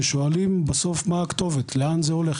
ששואלים בסוף מה הכתובת ולאן זה הולך